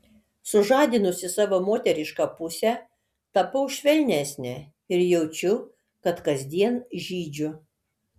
sužadinusi savo moterišką pusę tapau švelnesnė ir jaučiu kad kasdien žydžiu